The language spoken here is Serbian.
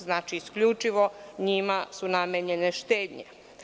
Znači, isključivo su njima namenjene štednje.